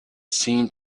seemed